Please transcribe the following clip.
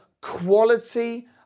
quality